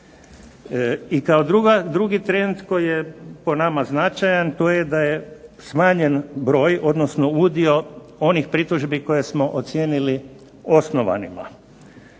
I kao drugi trend koji je po nama značajan to je da je smanjen broj odnosno udio onih pritužbi koje smo ocijenili osnovanima